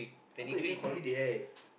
after you going holiday right